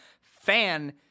Fan